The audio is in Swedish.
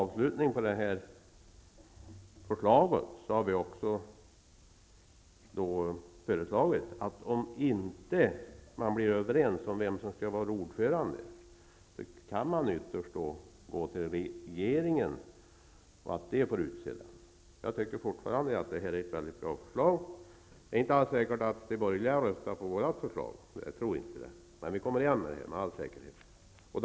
Vi har också föreslagit att om man inte blir överens om vem som skall vara ordförande, skall man ytterst kunna gå till regeringen och be denna utse ordförande. Jag anser fortfarande att detta är ett mycket bra förslag. Jag tror inte att de borgerliga kommer att rösta för vårt förslag, men vi kommer igen i frågan.